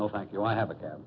no thank you i have a cat